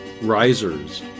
risers